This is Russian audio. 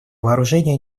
вооружения